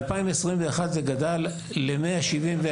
ב-2021 זה גדל ל-171,